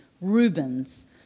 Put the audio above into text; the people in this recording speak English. Rubens